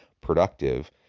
productive